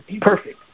perfect